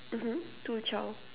mmhmm two child